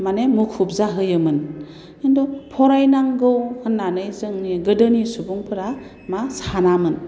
माने मुखुब जाहोयोमोन फरायनांगौ होन्नानै जोंनि गोदोनि सुबुंफोरा मा सानामोन